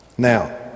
Now